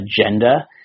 agenda